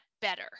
better